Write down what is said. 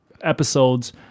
episodes